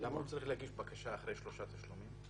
למה הוא צריך להגיש בקשה אחרי שלושה תשלומים?